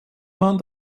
man